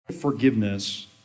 Forgiveness